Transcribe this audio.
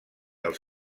del